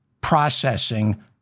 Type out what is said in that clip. processing